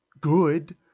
good